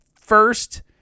first